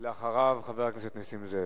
ואחריו, חבר הכנסת נסים זאב.